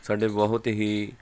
ਸਾਡੇ ਬਹੁਤ ਹੀ